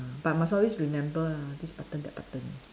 but must always remember ah this button that button